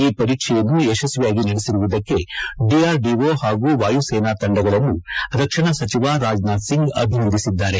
ಈ ಪರೀಕ್ಷೆಯನ್ನು ಯಶಸ್ವಿಯಾಗಿ ನಡೆಸಿರುವುದಕ್ಕೆ ಡಿಆರ್ಡಿಒ ಹಾಗೂ ವಾಯುಸೇನಾ ತಂಡಗಳನ್ನು ರಕ್ಷಣಾ ಸಚಿವ ರಾಜನಾಥ್ ಸಿಂಗ್ ಅಭಿನಂದಿಸಿದ್ದಾರೆ